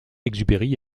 exupéry